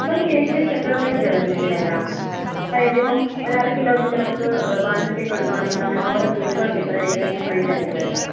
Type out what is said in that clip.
നമുക്ക് ഏകദേശം എത്ര റേറ്റ് ആണ് വരുന്നത് ഇതിനെല്ലാം അതായത് ഇപ്പം ഒരു അര കിലോയ്ക്ക് ഒക്കെ നമുക്ക് വാഞ്ചൊ കേക്ക് എടുക്കുവാണെങ്കിൽ അങ്ങനെ ഓരോ കേക്കുകൾക്ക് എത്ര ഏകദേശം റേറ്റ് ആയിരിക്കും വരുന്നത്